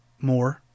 more